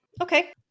Okay